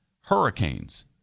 hurricanes